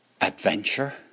adventure